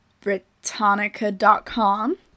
Britannica.com